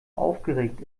aufgeregt